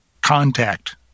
contact